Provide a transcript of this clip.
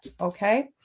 Okay